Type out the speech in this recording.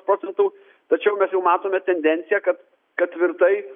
procentų tačiau mes jau matome tendenciją kad kad tvirtai